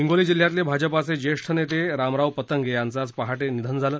हिंगोली जिल्ह्यातील भाजपाचे जेष्ठ नेते रामराव पतंगे यांचं आज पहाटे निधन झालं